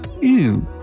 Ew